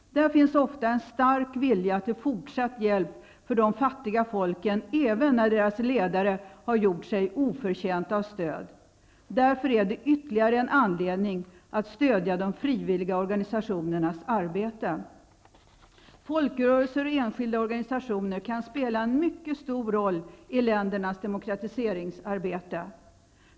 Där finns ofta en stark vilja till fortsatt hjälp för de fattiga folken även när deras ledare har gjort sig oförtjänta av stöd. Därför är det ytterligare en anledning att stödja de frivilliga organisationernas arbete. Folkrörelser och enskilda organisationer kan spela en mycket stor roll i ländernas demokratiseringsarbete.